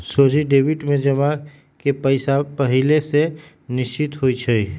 सोझे डेबिट में जमा के पइसा पहिले से निश्चित होइ छइ